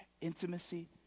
intimacy